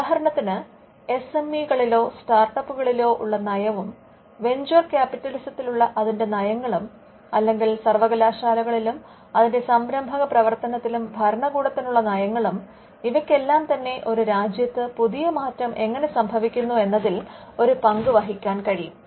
ഉദാഹരണത്തിന് S M E കളിലോ സ്റ്റാർട്ടപ്പുകളിലോ ഉള്ള നയവും വെഞ്ച്വർ ക്യാപ്പിറ്റലിസത്തിലുള്ള അതിന്റെ നയങ്ങളും അല്ലെങ്കിൽ സർവകലാശാലകളിലും അതിന്റെ സംരംഭക പ്രവർത്തനത്തിലും ഭരണകൂടത്തിനുള്ള നയങ്ങളും ഇവയ്ക്കെല്ലാം തന്നെ ഒരു രാജ്യത്ത് പുതിയ മാറ്റം എങ്ങനെ സംഭവിക്കുന്നു എന്നതിൽ ഒരു പങ്കു വഹിക്കാൻ കഴിയും